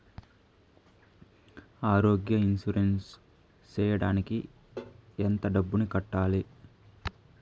ఆరోగ్య ఇన్సూరెన్సు సేయడానికి ఎంత డబ్బుని కట్టాలి?